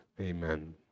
Amen